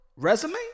Resume